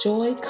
Joy